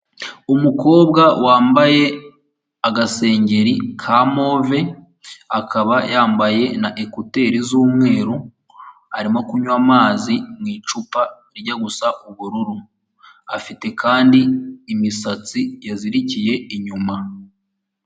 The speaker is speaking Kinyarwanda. Umukobwa wambaye agasengeri ka move, akaba yambaye na ekuteri z'umweru, arimo kunywa amazi mu icupa rijya gusa ubururu, afite kandi imisatsi yazirikiye inyuma.